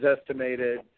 estimated